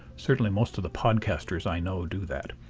certainly most of the podcasters i know do that.